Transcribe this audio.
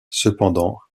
cependant